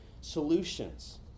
solutions